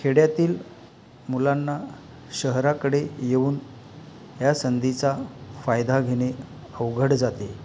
खेड्यातील मुलांना शहराकडे येऊन या संधीचा फायदा घेणे अवघड जाते